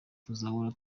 tuzahora